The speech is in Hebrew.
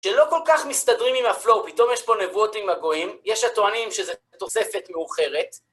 שלא כל כך מסתדרים עם הפלואו, פתאום יש פה נבואות עם הגויים, יש הטוענים שזו תוספת מאוחרת.